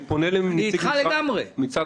אני פונה לנציג משרד